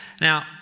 Now